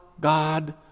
God